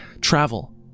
travel